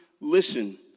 listen